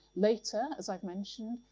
later, as i've mentioned,